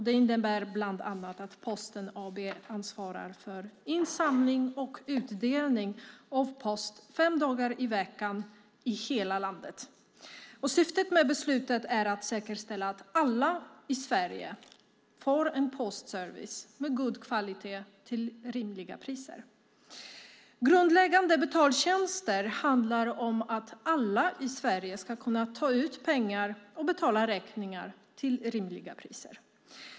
Det innebär bland annat att Posten AB ansvarar för insamling och utdelning av post fem dagar i veckan i hela landet. Syftet med beslutet är att säkerställa att alla i Sverige får en postservice med god kvalitet till rimliga priser. Grundläggande betaltjänster handlar om att alla i Sverige ska kunna ta ut pengar och betala räkningar till rimliga priser.